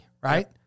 right